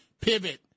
pivot